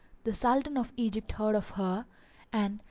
the sultan of egypt heard of her and,